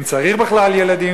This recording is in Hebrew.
אם צריך בכלל ילדים.